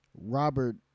Robert